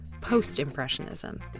post-Impressionism